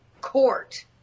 court